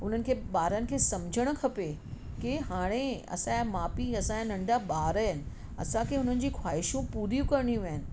हुननि जे ॿारनि खे सम्झणु खपे कि हाणे असांजा माउ पीउ असांजा नंढा ॿार आहिनि असांखे हुननि जी ख़्वाहिशूं पूरियूं करणियूं आहिनि